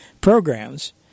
programs